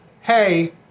hey